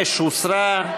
הסתייגות 5 הוסרה.